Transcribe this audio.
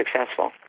successful